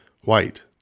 white